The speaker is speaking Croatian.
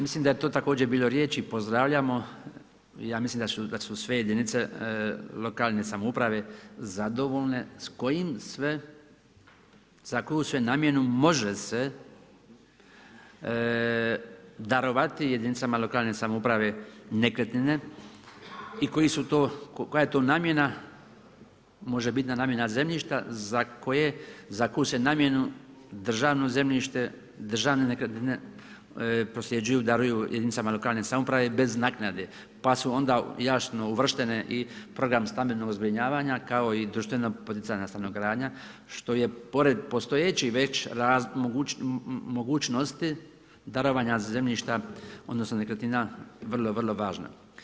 Mislim da je to također bilo riječi, pozdravljamo, ja mislim da su sve jedinice lokalne samouprave zadovoljne za koju sve namjenu može se darovati jedinicama lokalne samouprave nekretnine i koja je to namjena, može biti namjena zemljišta za koju se namjenu državno zemljište, državne nekretnine prosljeđuju, daruju jedinicama lokalne samouprave bez naknade pa su onda jasno uvrštene u program stambenog zbrinjavanja kao i društveno poticajna stanogradnja što je pored postojećih već mogućnosti darovanja zemljišta odnosno nekretnina, vrlo, vrlo važno.